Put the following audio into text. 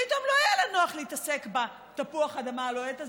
פתאום לא היה לה נוח להתעסק בתפוח האדמה הלוהט הזה.